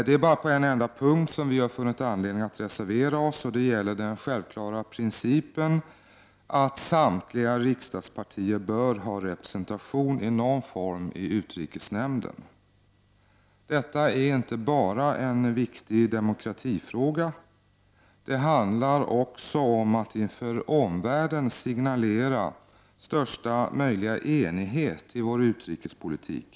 Det är bara på en enda punkt som vi har funnit anledning att reservera oss, och det gäller den självklara principen att samtliga riksdagspartier bör ha representation i någon form i utrikesnämnden. Detta är inte bara en viktig demokratifråga — det handlar också om att inför omvärlden signalera största möjliga enighet i vår utrikespolitik.